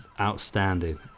outstanding